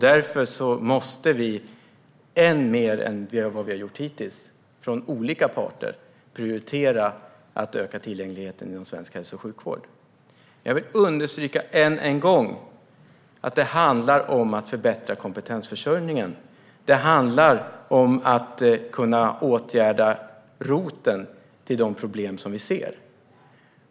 Därför måste vi mer än vad vi har gjort hittills från olika parter prioritera att öka tillgängligheten inom svensk hälso och sjukvård. Jag vill än en gång understryka att det handlar om att förbättra kompetensförsörjningen. Det handlar om att åtgärda roten till de problem som vi ser.